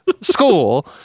school